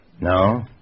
No